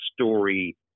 story